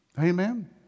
Amen